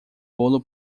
bolo